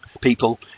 people